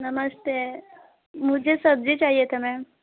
नमस्ते मुझे सब्ज़ी चाहिए था मैम